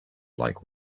like